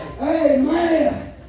Amen